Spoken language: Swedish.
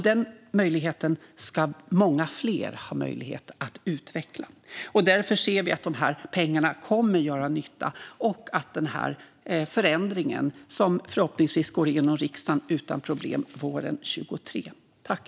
Den möjligheten ska många fler ha chansen till. Därför ser vi att de här pengarna kommer att göra nytta och att den här förändringen förhoppningsvis går igenom i riksdagen utan problem våren 2023.